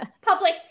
public